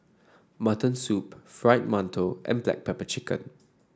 Mutton Soup Fried Mantou and Black Pepper Chicken